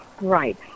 Right